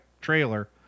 trailer